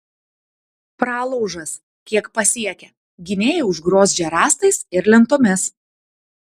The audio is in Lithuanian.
pralaužas kiek pasiekia gynėjai užgriozdžia rąstais ir lentomis